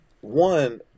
one